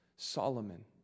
Solomon